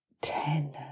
ten